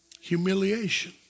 Humiliation